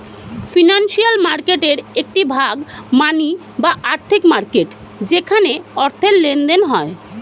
financial মার্কেটের একটি ভাগ মানি বা আর্থিক মার্কেট যেখানে অর্থের লেনদেন হয়